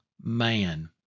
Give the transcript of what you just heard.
man